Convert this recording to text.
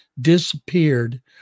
disappeared